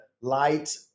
light